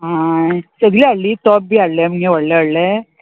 आं सगळीं हाडली तोप बी हाडलें मगे व्हडलें व्हडलें